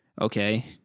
okay